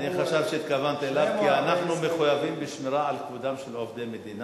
שניהם "אוהבי"